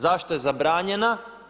Zašto je zabranjena?